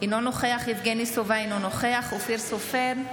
אינו נוכח יבגני סובה, אינו נוכח אופיר סופר,